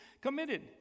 committed